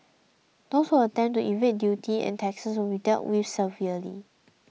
those who attempt to evade duty and taxes will be dealt with severely